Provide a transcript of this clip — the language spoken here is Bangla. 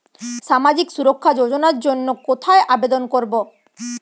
সামাজিক সুরক্ষা যোজনার জন্য কোথায় আবেদন করব?